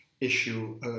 issue